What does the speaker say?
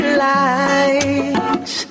lights